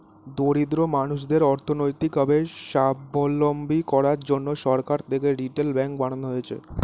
দরিদ্র মানুষদের অর্থনৈতিক ভাবে সাবলম্বী করার জন্যে সরকার থেকে রিটেল ব্যাঙ্ক বানানো হয়েছে